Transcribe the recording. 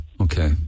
Okay